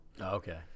Okay